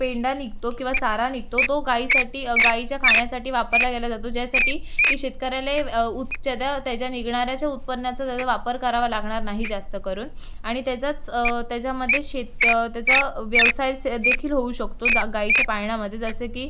पेंडा निघतो किंवा चारा निघतो तो गाईसाठी गाईच्या खाण्यासाठी वापरला गेला जातो ज्यासाठी की शेतकऱ्याला उच्च द त्याच्या निघणाऱ्याच्या उत्पन्नाचा त्याचा वापर करावा लागणार नाही जास्तकरून आणि त्याचाच त्याच्यामध्ये शेत त्याचं व्यवसाय से देखील होऊ शकतो जा गाईच्या पाळण्यामध्ये जसे की